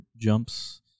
jumps